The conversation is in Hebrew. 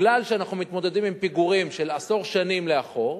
מכיוון שאנחנו מתמודדים עם פיגורים של עשור שנים לאחור,